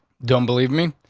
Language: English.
don't believe me.